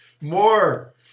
more